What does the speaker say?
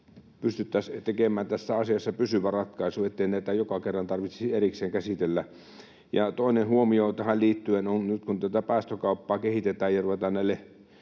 pystyttäisiin tekemään tässä asiassa pysyvä ratkaisu, ettei näitä joka kerran tarvitsisi erikseen käsitellä. Toinen huomio tähän liittyen on, että nyt kun tätä päästökauppaa kehitetään ja ruvetaan näille